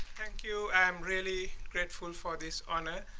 thank you. i'm really grateful for this honor,